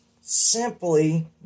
simply